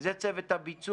זה צוות הביצוע.